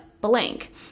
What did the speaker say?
blank